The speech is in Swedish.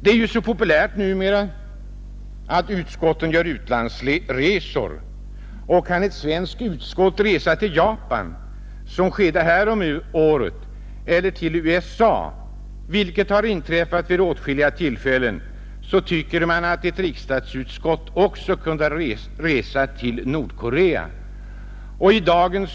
Det är ju så populärt numera att utskotten gör utlandsresor, Kan ett svenskt utskott resa till Japan, som skedde härom året, eller till USA, vilket också lär ha inträffat vid skilda tillfällen, tycker man att ett riksdagsutskott även kunde göra en studieresa till Nordkorea, I dagens